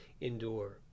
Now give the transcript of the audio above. endure